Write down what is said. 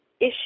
issue